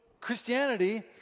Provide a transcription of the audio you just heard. Christianity